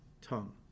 tongue